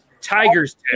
tiger's